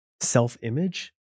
self-image